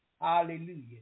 Hallelujah